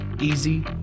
easy